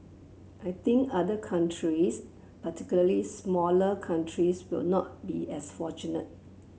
I think other countries particularly smaller countries will not be as fortunate